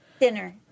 dinner